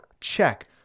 check